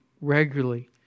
regularly